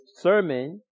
sermon